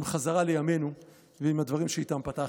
עם חזרה לימינו ועם הדברים שאיתם פתחתי,